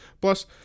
Plus